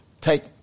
take